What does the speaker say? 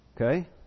Okay